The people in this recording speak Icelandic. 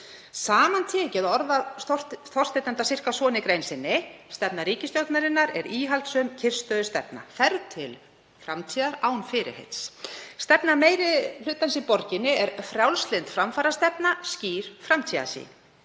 Samantekið orðar Þorsteinn það um það bil svona í grein sinni: Stefna ríkisstjórnarinnar er íhaldssöm kyrrstöðustefna, ferð til framtíðar án fyrirheits. Stefna meiri hlutans í borginni er frjálslynd framfarastefna, skýr framtíðarsýn.